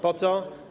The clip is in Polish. Po co?